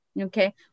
okay